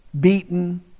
beaten